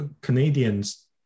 canadians